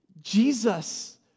Jesus